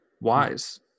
wise